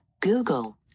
Google